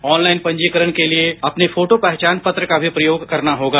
online पंजीकरण के लिए अपने फोटो पहचान पत्र का भी प्रयोग करना होगा